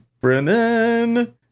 Brennan